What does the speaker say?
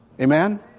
Amen